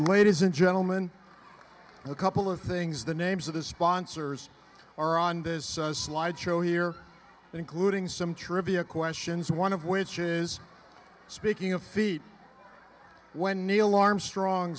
and gentlemen a couple of things the names of the sponsors are on this slide show here including some trivia questions one of which is speaking of feet when neil armstrong